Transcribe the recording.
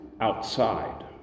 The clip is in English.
outside